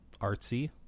artsy